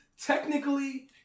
technically